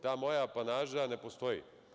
Ta moja apanaža ne postoji.